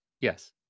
Yes